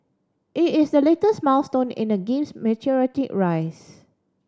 it is the latest milestone in the game's meteoric rise